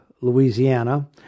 Louisiana